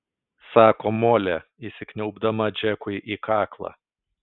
sako molė įsikniaubdama džekui į kaklą